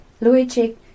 Luigi